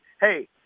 hey